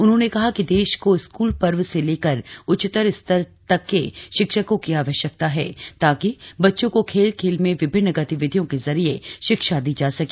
उन्होंने कहा कि देश को स्कूल पूर्व से लेकर उच्चतर स्तर तक के शिक्षकों की आवश्यकता है ताकि बच्चों को खेल खेल में विभिन्न गतिविधियों के जरिये शिक्षा दी जा सके